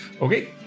Okay